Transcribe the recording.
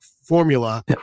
formula